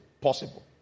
possible